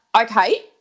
Okay